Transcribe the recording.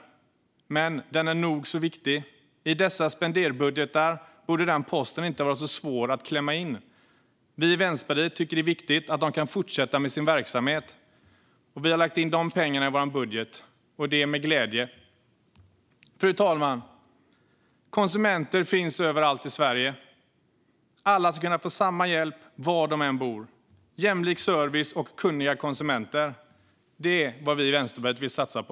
Men den är nog så viktig. I dessa spenderbudgetar borde en sådan post inte vara särskilt svår att klämma in. Vi i Vänsterpartiet tycker att det är viktigt att de kan fortsätta med sin verksamhet, och vi har därför lagt in dessa pengar i vår budget, och det med glädje. Fru talman! Konsumenter finns överallt i Sverige. Alla ska kunna få samma hjälp var de än bor. Jämlik service och kunniga konsumenter är vad vi i Vänsterpartiet vill satsa på.